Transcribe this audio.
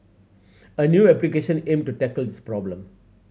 a new application aim to tackle this problem